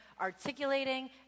articulating